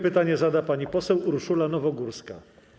Pytanie zada pani poseł Urszula Nowogórska.